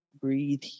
Breathe